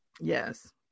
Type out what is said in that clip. Yes